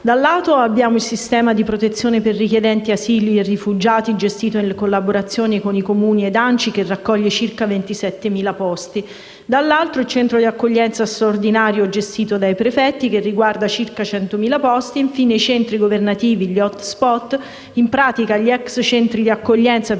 un lato, abbiamo il Sistema di protezione per richiedenti asilo e rifugiati, gestito in collaborazione con i Comuni ed ANCI, che raccoglie circa 27.000 posti, dall'altro, il Centro di accoglienza straordinaria gestito dai prefetti, che riguarda circa 100.000 posti, ed infine i centri governativi, gli *hotspot*, in pratica gli ex centri di accoglienza per